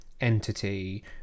entity